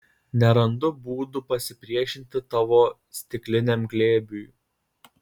nerandu būdų pasipriešinti tavo stikliniam glėbiui